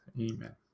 Amen